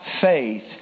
faith